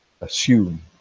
assume